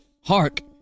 hark